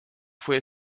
fue